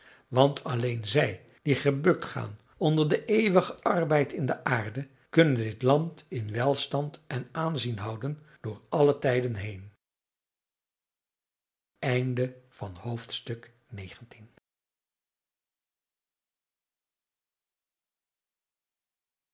want alleen zij die gebukt gaan onder den eeuwigen arbeid in de aarde kunnen dit land in welstand en aanzien houden door alle tijden heen